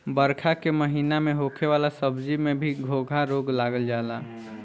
बरखा के महिना में होखे वाला सब्जी में भी घोघा रोग लाग जाला